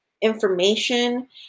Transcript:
information